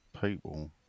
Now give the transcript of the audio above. People